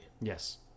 Yes